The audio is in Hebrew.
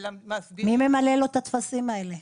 מי ממלא לו את הטפסים האלה?